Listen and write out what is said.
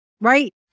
Right